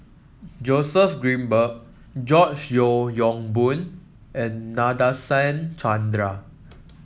Joseph Grimberg George Yeo Yong Boon and Nadasen Chandra